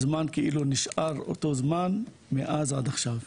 הזמן כאילו נשאר אותו זמן מאז עד עכשיו.